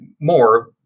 more